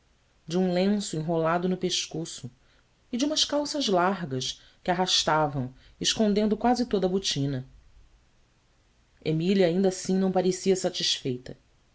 de um lenço enrolado no pescoço e de umas calças largas que arrastavam escondendo quase toda a botina emília ainda assim não parecia satisfeita